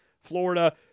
Florida